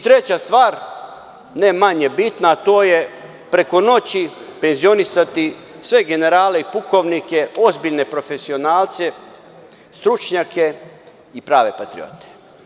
Treća stvar, ne manje bitna to je preko noći penzionisati sve generale, pukovnike, ozbiljne profesionalce, stručnjake i prave patriote.